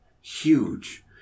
huge